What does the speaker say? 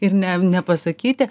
ir ne nepasakyti